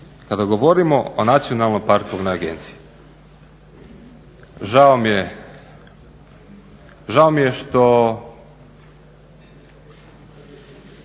Kada govorimo o nacionalnoj parkovnoj agenciji žao mi je što